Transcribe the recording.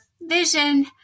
vision